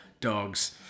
dogs